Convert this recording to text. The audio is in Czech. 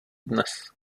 dnes